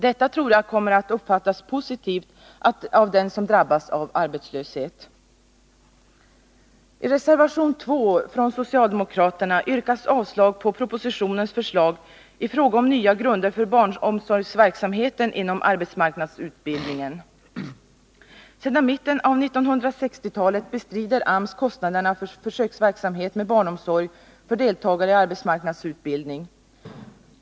Detta tror jag kommer att uppfattas positivt av den som drabbas av arbetslöshet. Sedan mitten av 1960-talet bestrider AMS kostnaden för försöksverksamhet med barnomsorg för deltagare i arbetsmarknadsutbildning.